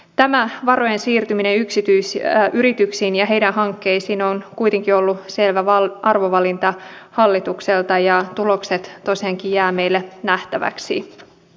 tämä varojen siirtyminen yksityisyrityksiin ja heidän hankkeisiinsa on kuitenkin ollut selvä arvovalinta hallitukselta ja tulokset tosiaankin jäävät meille nähtäväksi